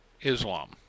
Islam